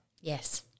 yes